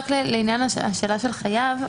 לעניין השאלה של חייב,